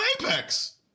apex